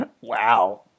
Wow